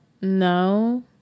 no